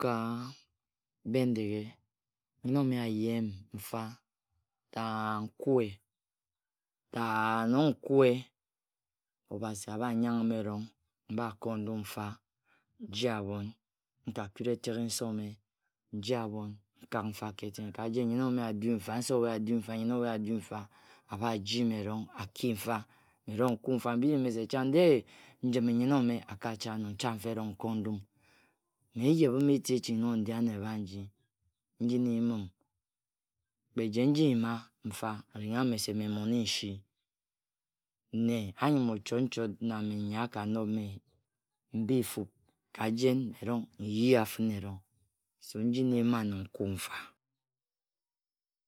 Ka bendeghe, Nnyen ome aye-em mfa ta-a nkue. ta-a nong nkue, obasi abha nyangh-m erong, Mbako ndum mfa. nji-abhon. nka kuri etek nse-ome. nji abhon nkak mfa ka jen nnyen ome adu mfa, nse owe adu mfa. nnyen owe adu mfa, Abharji me erong aki mfe. Mme erong nkue mfa. Mbiri mese de-e njim nyem ome akach ano. Ncha mfa erong nko ndum. Mme eyebhim eti-eching nong ndi ano abhat-nji. Nji na eyim-m. Kpe jen nji iyima mfa. ndingha me se mme mmon-nsi. nne anyin ochot nchot na mme nyi aka nob mme mbe-efub ka jen erong nyia finerong. so nji na eyimi ano nkue mfa.